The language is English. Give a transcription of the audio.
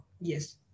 yes